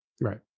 Right